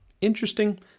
Interesting